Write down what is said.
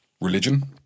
religion